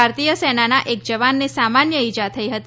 ભારતીય સેનાના એક જવાનને સામાન્ય ઈજા થઈ હતી